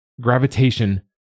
Gravitation